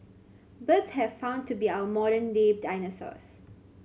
birds have found to be our modern day dinosaurs